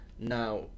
Now